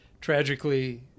tragically